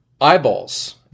eyeballs